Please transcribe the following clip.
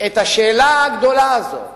את השאלה הגדולה הזאת